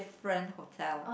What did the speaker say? different hotel